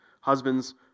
Husbands